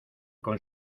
con